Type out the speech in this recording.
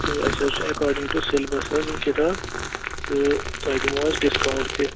تہٕ اَسہِ حظ چھُ اٮ۪کاڈِنٛگ ٹُہ سٮ۪لبَس حظ یِم کتاب تہٕ تۄہہِ دِمو حظ ڈِسکاوُنٛٹ تہِ